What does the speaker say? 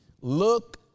Look